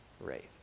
rate